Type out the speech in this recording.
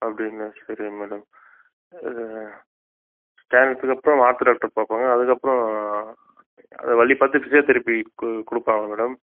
அப்படிங்களா சரிங்க மேடம் அது ஸ்கேன் எடுத்ததுக்கப்புறம் ஆர்த்தோ டாக்டர் பார்ப்பாங்க அதுக்கப்புறம் அது வலி பார்த்துட்டு ஃபிஸியோ தெரப்பி கு கொடுப்பாங்க மேடம்